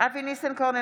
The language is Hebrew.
אבי ניסנקורן,